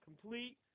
Complete